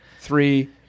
three